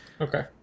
Okay